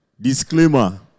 disclaimer